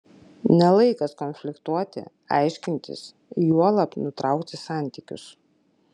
ne laikas konfliktuoti aiškintis juolab nutraukti santykius